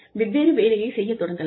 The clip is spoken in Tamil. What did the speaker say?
வெவ்வேறு வேலைகளை செய்யத் தொடங்கலாம்